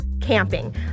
camping